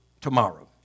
tomorrow